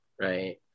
right